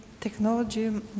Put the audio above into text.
technology